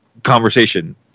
conversation